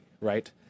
right